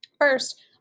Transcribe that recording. First